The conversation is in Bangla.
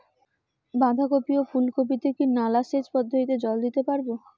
বাধা কপি ও ফুল কপি তে কি নালা সেচ পদ্ধতিতে জল দিতে পারবো?